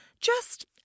Just